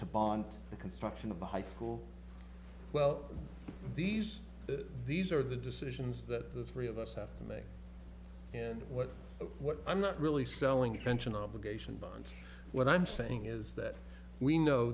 to bond the construction of a high school well these these are the decisions that the three of us have to make and what what i'm not really selling a pension obligation bonds what i'm saying is that we know